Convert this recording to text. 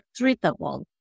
treatable